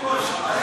כבוד היושב-ראש,